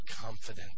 confident